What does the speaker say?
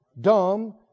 Dumb